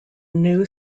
new